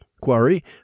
quarry